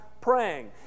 praying